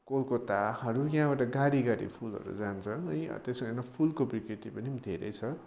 कोलकत्ताहरू यहाँबाट गाडी गाडी फुलहरू जान्छन् यहाँ त्यसरी नै फुलको बिक्री ती पनि धेरै छ